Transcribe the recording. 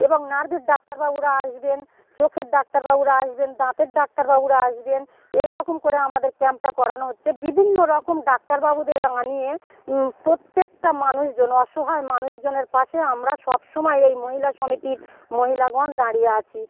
এবং নার্ভের ডাক্তারবাবুরা আসবেন চোখের ডাক্তারবাবুরা আসবেন দাঁতের ডাক্তারবাবুরা আসবেন এই রকম করে আমাদের ক্যাম্পটা করানো হচ্ছে বিভিন্ন রকম ডাক্তারবাবুদের আনিয়ে প্রত্যেকটা মানুষজন অসহায় মানুষজনের পাশে আমরা সব সময় এই মহিলা সমিতির মহিলাগণ দাঁড়িয়ে আছি